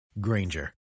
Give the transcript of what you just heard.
granger